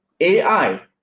AI